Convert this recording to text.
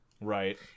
Right